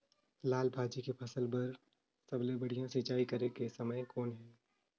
लाल भाजी के फसल बर सबले बढ़िया सिंचाई करे के समय कौन हे?